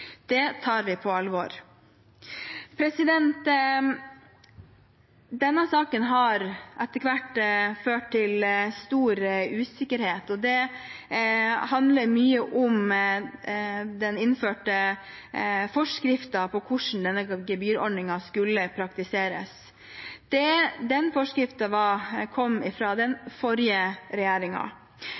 Det tar vi på alvor. Denne saken har etter hvert ført til stor usikkerhet, og det handler mye om den innførte forskriften for hvordan denne gebyrordningen skulle praktiseres. Forskriften kom fra den forrige